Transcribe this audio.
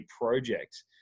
project